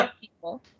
people